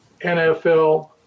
NFL